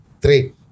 Three